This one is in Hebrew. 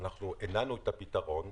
והנענו את הפתרון,